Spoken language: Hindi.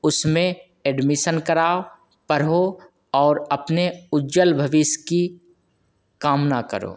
उसमें एडमिशन कराओ पढ़ो और अपने उज्जवल भविष्य की कामना करो